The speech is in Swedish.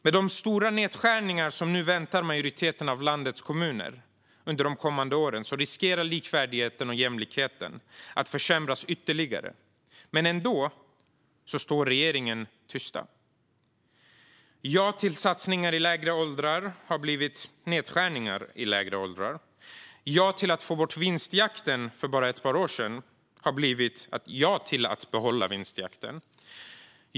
Med de stora nedskärningar som väntar majoriteten av landets kommuner under de kommande åren riskerar likvärdigheten och jämlikheten att försämras ytterligare. Ändå står regeringen tyst. Ja till satsningar i lägre åldrar har blivit nedskärningar i lägre åldrar. Ja till att få bort vinstjakten för bara ett par år sedan har blivit ja till att behålla vinstjakten.